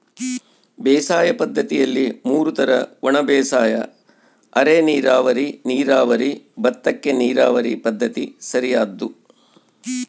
ಬೇಸಾಯ ಪದ್ದತಿಯಲ್ಲಿ ಮೂರು ತರ ಒಣಬೇಸಾಯ ಅರೆನೀರಾವರಿ ನೀರಾವರಿ ಭತ್ತಕ್ಕ ನೀರಾವರಿ ಪದ್ಧತಿ ಸರಿಯಾದ್ದು